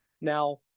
Now